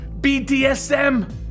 BDSM